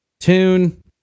Tune